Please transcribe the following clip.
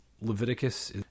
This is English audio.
Leviticus